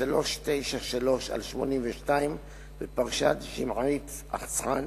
393/82 בפרשת ג'מעית אסכאן.